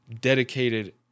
dedicated